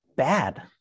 Bad